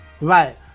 Right